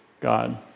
God